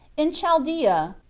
in chaldea,